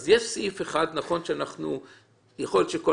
אז יש סעיף אחד שיכול להיות שיש